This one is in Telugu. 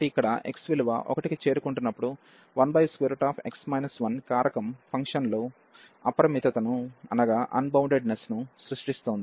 కాబట్టి ఇక్కడ x విలువ 1 కి చేరుకుంటున్నప్పుడు 1x 1 కారకం ఫంక్షన్లో అంబౌండెడ్నెస్ను సృష్టిస్తోంది